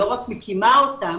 לא רק מקימה אותם,